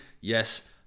yes